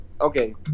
okay